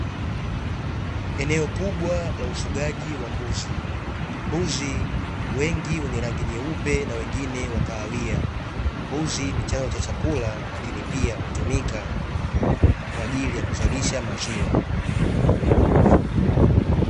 Eneo kubwa la ufugaji wa mbuzi, mbuzi wengi wenye rangi nyeupe na wengine wakahawia mbuzi, ni chanzo cha chakula lakini pia hutumika kwa ajili ya kuzalisha maziwa.